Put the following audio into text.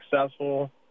successful